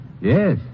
Yes